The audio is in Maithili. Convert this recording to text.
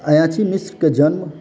अयाची मिश्रक जन्म